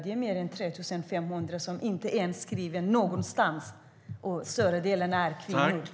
Det är mer än 3 500 som inte är skrivna någonstans, och större delen av dem är kvinnor.